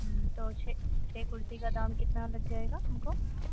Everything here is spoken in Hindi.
हूँ तो छह छह कुर्सी का दाम कितना लग जाएगा हमको